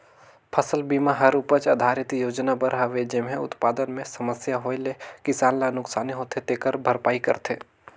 फसल बिमा हर उपज आधरित योजना बर हवे जेम्हे उत्पादन मे समस्या होए ले किसान ल नुकसानी होथे तेखर भरपाई करथे